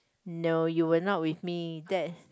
no you were not with me that